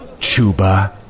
Chuba